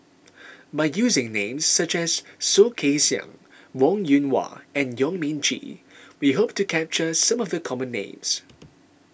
by using names such as Soh Kay Siang Wong Yoon Wah and Yong Mun Chee we hope to capture some of the common names